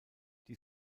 die